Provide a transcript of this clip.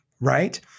right